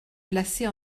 placés